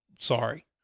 Sorry